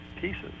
pieces